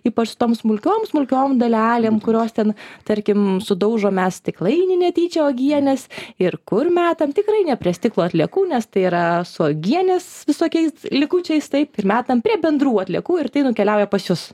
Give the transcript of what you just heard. ypač tom smulkiom smulkiom dalelėm kurios ten tarkim sudaužo mes stiklainį netyčia uogienės ir kur metam tikrai ne prie stiklo atliekų nes tai yra su uogienės visokiais likučiais taip ir metam prie bendrų atliekų ir tai nukeliauja pas jus